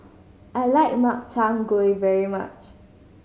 I like Makchang Gui very much